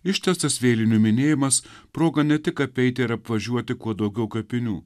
ištisas vėlinių minėjimas proga ne tik apeiti ir apvažiuoti kuo daugiau kapinių